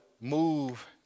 move